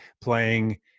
playing